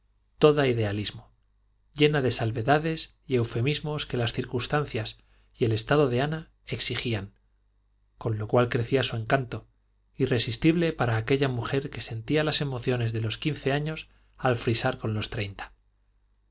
toda idealismo llena de salvedades y eufemismos que las circunstancias y el estado de ana exigían con lo cual crecía su encanto irresistible para aquella mujer que sentía las emociones de los quince años al frisar con los treinta no